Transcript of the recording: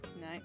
No